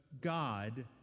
God